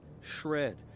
shred